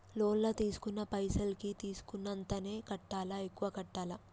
Loan లా తీస్కున్న పైసల్ కి తీస్కున్నంతనే కట్టాలా? ఎక్కువ కట్టాలా?